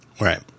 Right